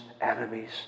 enemies